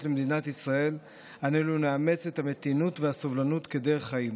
למדינת ישראל עלינו לאמץ את המתינות והסובלנות כדרך חיים.